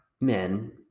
men